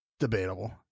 debatable